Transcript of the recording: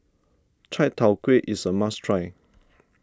Chai Tow Kuay is a must try